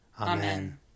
Amen